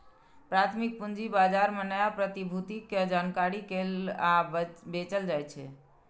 प्राथमिक पूंजी बाजार मे नया प्रतिभूति कें जारी कैल आ बेचल जाइ छै